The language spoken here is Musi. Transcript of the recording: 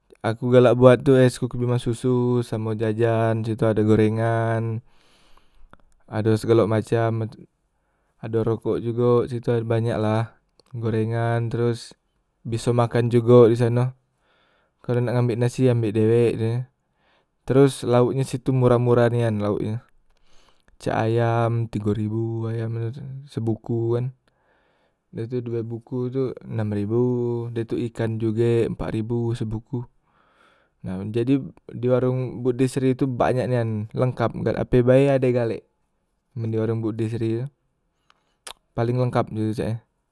Aku galak buat tu es kuku bima susu samo jajan situ ado gorengan, ado segalek macam mak tu, ado rokok jugo situ ado banyak lah, gorengan tros biso makan jugo disano, kalo nak ngembek nasik ambek dewek tu ye, tros laoknyo situ murah- murah nian laoknyo, cak ayam tigo ribu ayam itu tu, sebuku kan, dah tu due buku tu nam ribu, dah tu ikan jugek empat ribu sebuku, nah jadi di warong bukde sri tu banyak nian lengkap galak ape bae ade galek men di warong bukde sri tu paleng lengkap die tu caknye.